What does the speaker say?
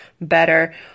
better